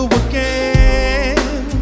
again